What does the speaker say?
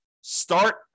Start